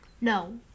No